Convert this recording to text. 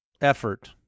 effort